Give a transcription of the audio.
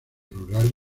rural